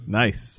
nice